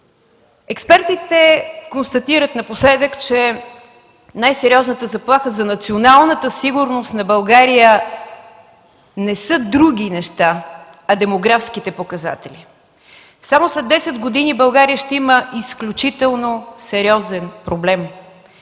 Експертите констатират напоследък, че най-сериозната заплата за националната сигурност на България не са други неща, а демографските показатели. Само след 10 години България ще има изключително сериозен проблем.